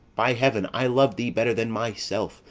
by heaven, i love thee better than myself,